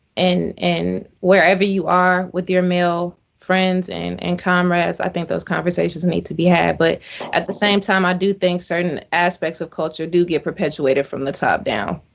and and wherever you are with their male friends and and comrades, i think those conversations need to be had. but at the same time, i do think certain aspects of culture do get perpetuated from the top down.